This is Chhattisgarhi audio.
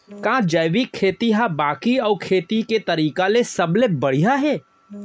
का जैविक खेती हा बाकी अऊ खेती के तरीका ले सबले बढ़िया हे?